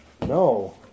No